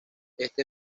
este